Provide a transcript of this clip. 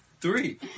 three